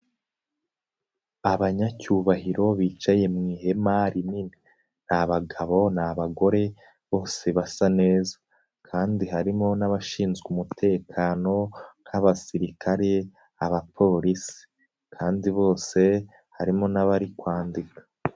Abanyacyubahiro bicaye mu ihema rinini, ni bagabo ni abagore bose basa neza kandi harimo n'abashinzwe umutekano nk'abasirikare, abapolisi kandi bose harimo n'abari kwandika.